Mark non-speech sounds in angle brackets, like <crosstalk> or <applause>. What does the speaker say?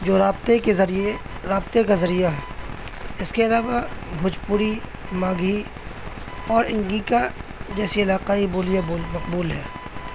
جو رابطے کے ذریعے رابطے کا ذریعہ ہے اس کے علاوہ بھوجپوری مگھی اور <unintelligible> کا جیسی علاقائی بولیاں بول مقبول ہیں